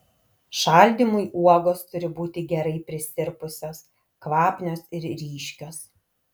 šaldymui uogos turi būti gerai prisirpusios kvapnios ir ryškios